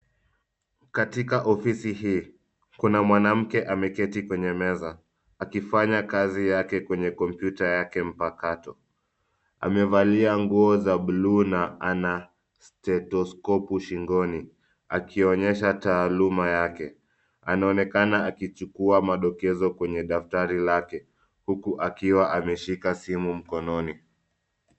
Katika ofisi hii kuna mwanamke ameketi kwenye meza akifanya kazi yake kwenye kompyuta yake mpakato. Amevalia nguo za bluu na ana stethoskopu shingoni akionyesha taaluma yake. Anaonekana akichukua madokezo kwenye daftari lake huku akiwa ameshika simu mkononi.